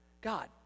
God